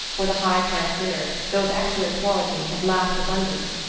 for the highcamp dinner, though of excellent quality, had lacked abundance.